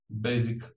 basic